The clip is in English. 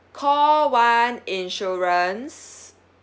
call one insurance